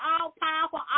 all-powerful